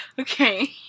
okay